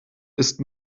ist